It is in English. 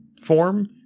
form